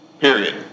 Period